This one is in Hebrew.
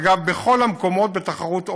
אגב, בכל המקומות, בתחרות הוגנת.